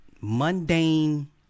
mundane